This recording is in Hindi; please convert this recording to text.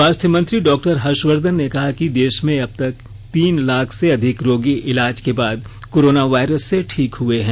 स्वास्थ्य मंत्री डॉक्टर हर्षवर्धन ने कहा कि देश में अब तक तीन लाख से अधिक रोगी इलाज के बाद कोरोना वायरस से ठीक हुए हैं